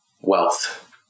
wealth